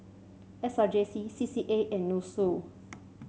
S R J C C C A and NUSSU